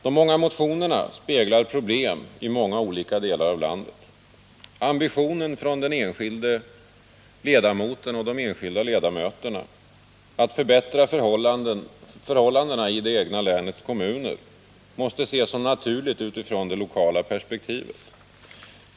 De många motionerna speglar problem inom många olika delar av landet. Ambitionen från enskilda ledamöter att förbättra förhållandena i det egna länets kommuner måste ses som naturligt utifrån det lokala perspektivet.